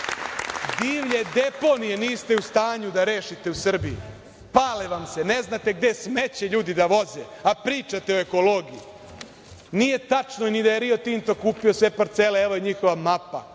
zelen. Divlje deponije niste u stanju da rešite u Srbiji. Pale vam se. Ne znate gde smeće ljudi da voze, a pričate o ekologiji. Nije tačno ni da je Rio Tinto kupio sve parcele. Evo njihova mapa